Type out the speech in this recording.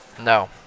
No